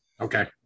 Okay